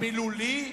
המילולי